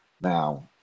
Now